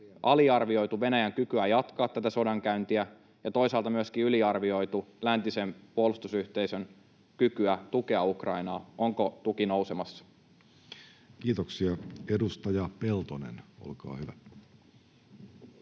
aliarvioitu Venäjän kykyä jatkaa tätä sodankäyntiä ja toisaalta myöskin yliarvioitu läntisen puolustusyhteisön kykyä tukea Ukrainaa. Onko tuki nousemassa? Kiitoksia. — Edustaja Peltonen, olkaa hyvä.